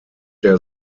der